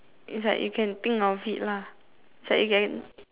is like you can think of it lah is like you can